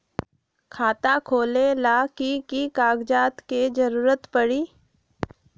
खाता खोले ला कि कि कागजात के जरूरत परी?